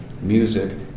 music